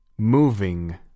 Moving